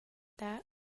that